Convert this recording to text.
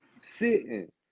sitting